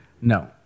No